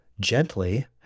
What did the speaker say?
gently